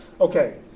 Okay